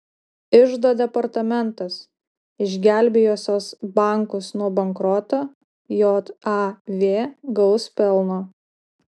iždo departamentas išgelbėjusios bankus nuo bankroto jav gaus pelno